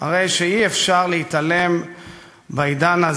מי ייתן שלא תדעו עוד